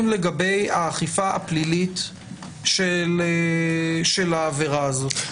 לגבי האכיפה הפלילית של העבירה הזאת?